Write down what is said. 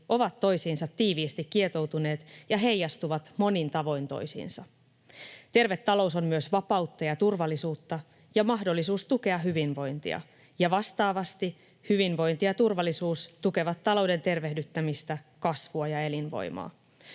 ovat toisiinsa tiiviisti kietoutuneet ja heijastuvat monin tavoin toisiinsa. Terve talous on myös vapautta ja turvallisuutta ja mahdollisuus tukea hyvinvointia, ja vastaavasti hyvinvointi ja turvallisuus tukevat talouden tervehdyttämistä, kasvua ja elinvoimaa.